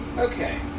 Okay